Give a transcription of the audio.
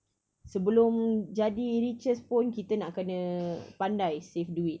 sebelum jadi richest pun kita nak kena pandai save duit